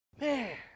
Man